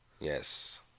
Yes